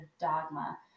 dogma